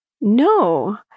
No